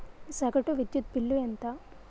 సగటు విద్యుత్ బిల్లు ఎంత?